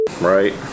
right